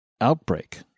outbreak